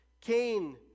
Cain